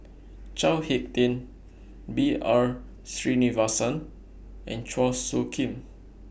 Chao Hick Tin B R Sreenivasan and Chua Soo Khim